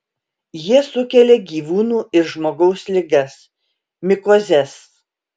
jie sukelia gyvūnų ir žmogaus ligas mikozes